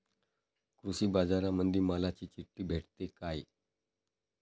कृषीबाजारामंदी मालाची चिट्ठी भेटते काय?